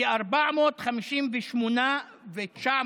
כ-458,900